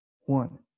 one